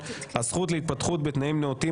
הזכות להתפתחות בתנאים נאותים,